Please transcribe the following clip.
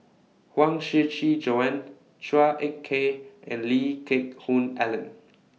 Huang Shiqi Joan Chua Ek Kay and Lee Geck Hoon Ellen